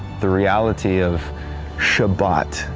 the reality of shabbat,